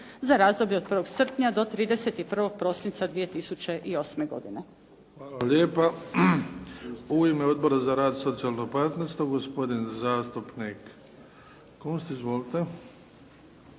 za razdoblje od 1. srpnja do 31. prosinca 2008. godine.